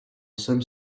jsem